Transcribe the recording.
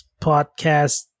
podcast